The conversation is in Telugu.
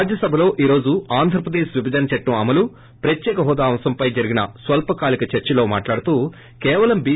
రాజ్యసభలో ఈ రోజు ఆంధ్రప్రదేశ్ విభజన చట్టం అమలు ప్రత్యేక హోదా అంశంపై జరిగిన స్వల్సకాలిక చర్సలో మాట్లాడుతూ కేవలం బి